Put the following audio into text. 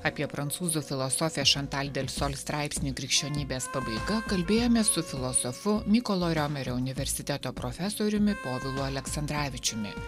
apie prancūzų filosofę šantal delsol straipsnį krikščionybės pabaiga kalbėjome su filosofu mykolo riomerio universiteto profesoriumi povilu aleksandravičiumi